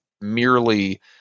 merely